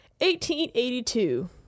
1882